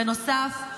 בנוסף,